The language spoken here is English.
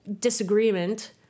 disagreement